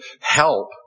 help